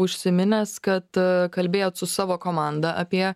užsiminęs kad kalbėjot su savo komanda apie